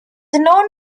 known